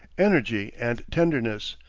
energy and tenderness,